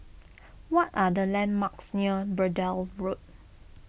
what are the landmarks near Braddell Road